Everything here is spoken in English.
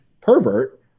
pervert